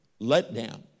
letdown